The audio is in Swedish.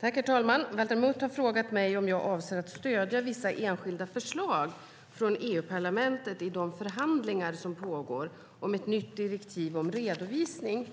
Herr talman! Valter Mutt har frågat mig om jag avser att stödja vissa enskilda förslag från EU-parlamentet i de förhandlingar som pågår om ett nytt direktiv om redovisning.